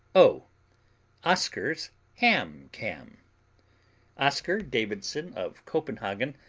o oskar's ham-cam oskar davidsen of copenhagen,